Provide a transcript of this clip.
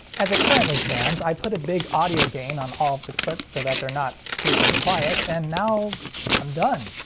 as it currently stands i put a big audio gain on all of the clips so that they're not super quiet, and now i'm done.